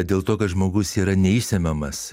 dėl to kad žmogus yra neišsemiamas